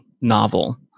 novel